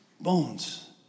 bones